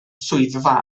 swyddfa